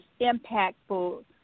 impactful